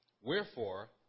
Wherefore